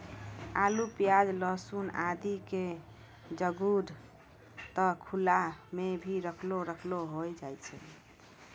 आलू, प्याज, लहसून आदि के गजूर त खुला मॅ हीं रखलो रखलो होय जाय छै